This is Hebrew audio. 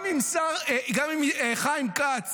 גם אם חיים כץ